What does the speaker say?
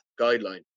guideline